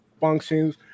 functions